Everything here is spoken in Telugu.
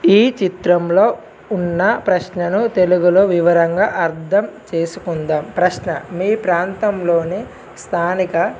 ఈ చిత్రంలో ఉన్న ప్రశ్నను తెలుగులో వివరంగా అర్థం చేసుకుందాం ప్రశ్న మీ ప్రాంతంలోని స్థానిక